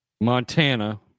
Montana